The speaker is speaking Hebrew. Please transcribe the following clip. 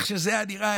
איך שזה היה נראה,